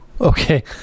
Okay